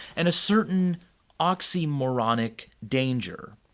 and a certain oxymoronic danger.